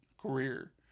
career